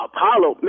Apollo